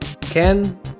Ken